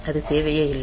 அது தேவையே இல்லை